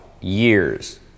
years